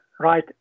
right